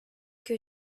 que